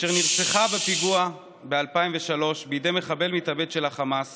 אשר נרצחה בפיגוע ב-2003 בידי מחבל מתאבד של החמאס